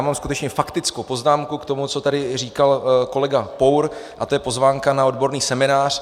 Mám skutečně faktickou poznámku k tomu, co tady říkal kolega Pour, a to je pozvánka na odborný seminář.